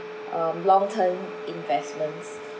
um long-term investments